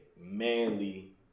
manly